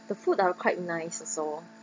the food are quite nice also